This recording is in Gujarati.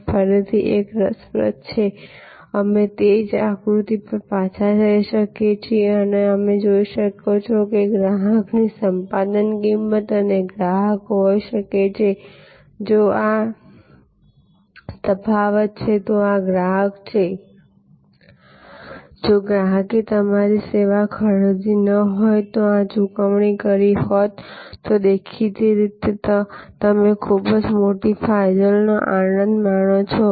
આ ફરીથી કંઈક રસપ્રદ છે અમે તે જ આકૃતિ પર પાછા જઈ શકીએ છીએ અને તમે જોઈ શકો છો કે જો આ ગ્રાહકની સંપાદન કિંમત છે અને ગ્રાહક હોઈ શકે છે જો આ તફાવત છે તો આ ગ્રાહક છે જો ગ્રાહકે તમારી સેવા ખરીદી ન હોય તો આ ચૂકવણી કરી હોત તો દેખીતી રીતે તમે ખૂબ જ મોટી ફાજલનો આનંદ માણો છો